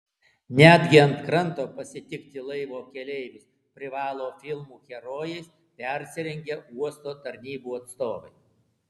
netgi ant kranto pasitikti laivo keleivius privalo filmų herojais persirengę uosto tarnybų atstovai